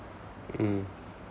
mm